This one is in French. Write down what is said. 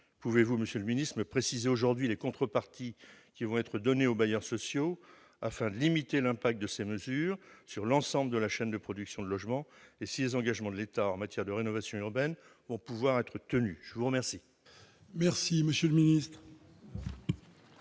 Pouvez-vous, monsieur le ministre, me préciser aujourd'hui les contreparties qui seront données aux bailleurs sociaux afin de limiter l'impact de ces mesures sur l'ensemble de la chaîne de production de logements ? Les engagements de l'État en matière de rénovation urbaine pourront-ils être tenus ? La parole est à M. le ministre.